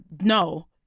No